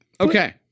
Okay